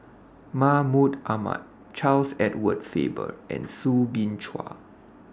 Mahmud Ahmad Charles Edward Faber and Soo Bin Chua